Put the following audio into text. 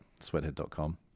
sweathead.com